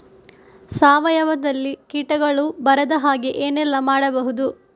ಸಾವಯವದಲ್ಲಿ ಕೀಟಗಳು ಬರದ ಹಾಗೆ ಏನೆಲ್ಲ ಮಾಡಬಹುದು?